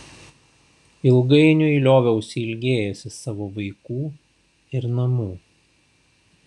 ilgainiui lioviausi ilgėjęsis savo vaikų ir namų